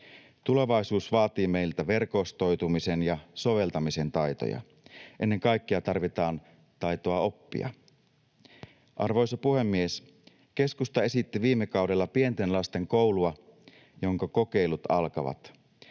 Tulevaisuus vaatii meiltä verkostoitumisen ja soveltamisen taitoja. Ennen kaikkea tarvitaan taitoa oppia. Arvoisa puhemies! Keskusta esitti viime kaudella pienten lasten koulua, jonka kokeilut alkavat.